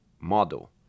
model